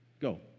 Go